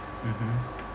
mmhmm